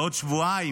בעוד שבועיים,